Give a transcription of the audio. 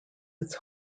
its